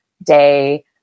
day